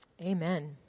Amen